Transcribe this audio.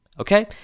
okay